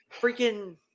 freaking